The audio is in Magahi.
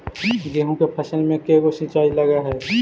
गेहूं के फसल मे के गो सिंचाई लग हय?